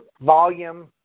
volume